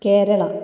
Keralam